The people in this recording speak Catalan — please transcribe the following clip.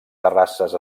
terrasses